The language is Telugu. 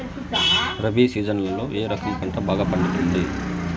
రబి సీజన్లలో ఏ రకం పంట బాగా పండుతుంది